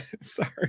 Sorry